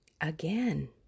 again